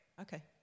Okay